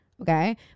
Okay